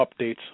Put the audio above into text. updates